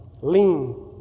lean